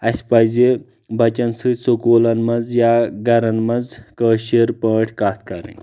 اَسہِ پَزِ بچن سٍتۍ سکوٗلن منٛز یا گَرن منٛز کٲشِر پٲٹھۍ کَتھ کَرٕنۍ